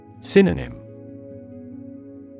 Synonym